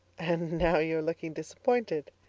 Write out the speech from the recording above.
and now you're looking disappointed.